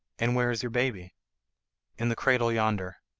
and where is your baby in the cradle yonder,